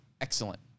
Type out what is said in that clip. excellent